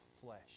flesh